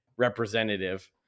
representative